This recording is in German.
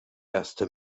erste